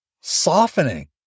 Softening